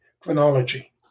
chronology